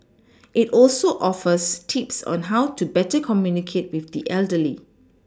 it also offers tips on how to better communicate with the elderly